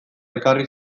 ekarri